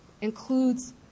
includes